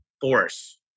Force